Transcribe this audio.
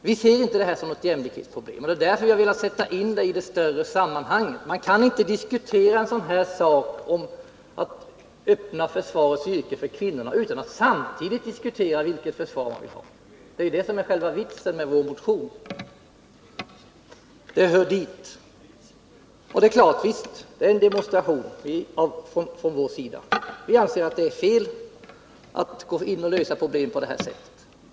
Vi ser inte den här frågan som ett jämlikhetsproblem, och det är därför vi har velat sätta in den i det större sammanhanget. Man kan inte diskutera frågan om att öppna försvarets yrken för kvinnor utan att samtidigt diskutera vilket försvar vi har — det är det som är själva vitsen med vår motion. Det är klart att det är en demonstration från vår sida: vi anser att det är fel att lösa problemet på det här sättet.